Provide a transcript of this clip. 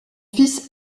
fils